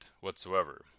whatsoever